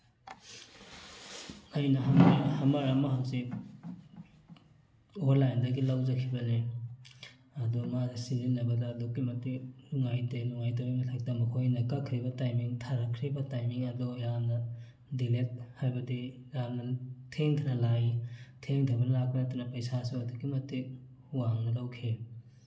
ꯑꯩꯅ ꯍꯝꯃꯔ ꯑꯃ ꯍꯪꯆꯤꯠ ꯑꯣꯟꯂꯥꯏꯟꯗꯒꯤ ꯂꯧꯖꯈꯤꯕꯅꯤ ꯑꯗꯨ ꯃꯥꯁꯤ ꯁꯤꯖꯤꯟꯅꯕꯗ ꯑꯗꯨꯛꯀꯤ ꯃꯇꯤꯛ ꯅꯨꯡꯉꯥꯏꯇꯦ ꯅꯨꯡꯉꯥꯏꯇꯕꯒꯤ ꯃꯊꯛꯇ ꯃꯈꯣꯏꯅ ꯀꯛꯈ꯭ꯔꯤꯕ ꯇꯥꯏꯃꯤꯡ ꯊꯥꯔꯛꯈꯤꯕ ꯇꯥꯏꯃꯤꯡ ꯑꯗꯨ ꯌꯥꯝꯅ ꯗꯤꯂꯦꯠ ꯍꯥꯏꯕꯗꯤ ꯌꯥꯝꯅ ꯊꯦꯡꯊꯅ ꯂꯥꯛꯏ ꯊꯦꯡꯊꯕ ꯂꯥꯛꯄꯗ ꯅꯠꯇꯅ ꯄꯩꯁꯥꯁꯨ ꯑꯗꯨꯛꯀꯤ ꯃꯇꯤꯛ ꯋꯥꯡꯅ ꯂꯧꯈꯤ